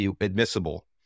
admissible